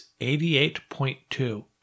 88.2